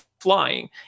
flying